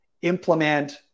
implement